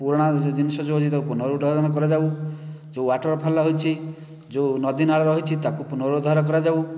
ପୁରୁଣା ଜିନିଷ ଯେଉଁ ଅଛି ତାକୁ ପୁନରୁଦ୍ଧାରଣ କରାଯାଉ ଯେଉଁ ୱାଟର ଫଲ ରହିଛି ଯେଉଁ ନଦୀ ନାଳ ରହିଛି ତାକୁ ପୁନରୁଦ୍ଧାର କରାଯାଉ